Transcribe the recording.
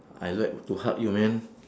I like to hug you man